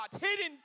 hidden